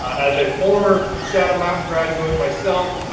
as a former shadow mountain graduate myself,